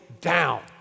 down